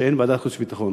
שאין ועדת חוץ וביטחון.